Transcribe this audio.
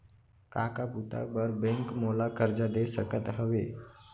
का का बुता बर बैंक मोला करजा दे सकत हवे?